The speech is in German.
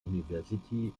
university